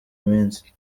minsi